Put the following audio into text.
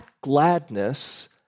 gladness